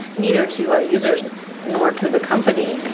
neither to our users nor to the company. and